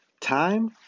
Time